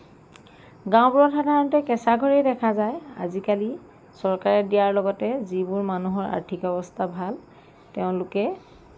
গাঁওবোৰত সাধাৰণতে কেঁচা ঘৰেই দেখা যায় আজিকালি চৰকাৰে দিয়াৰ লগতে যিবোৰ মানুহৰ আৰ্থিক অৱস্থা ভাল তেওঁলোকে